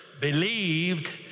believed